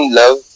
love